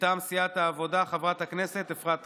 מטעם סיעת העבודה, חברת הכנסת אפרת רייטן.